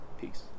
peace